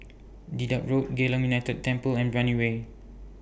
Dedap Road Geylang United Temple and Brani Way